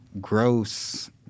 gross